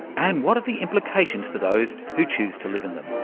and what are the implications for those who choose to live in them?